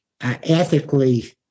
ethically